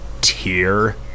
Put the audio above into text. tier